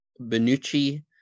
Benucci